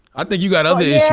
i think you got other issues.